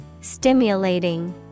Stimulating